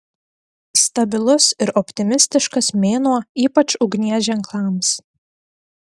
stabilus ir optimistiškas mėnuo ypač ugnies ženklams